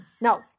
No